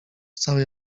całej